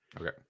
okay